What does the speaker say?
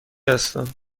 هستم